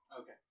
Okay